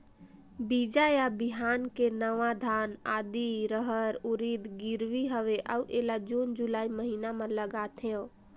बीजा या बिहान के नवा धान, आदी, रहर, उरीद गिरवी हवे अउ एला जून जुलाई महीना म लगाथेव?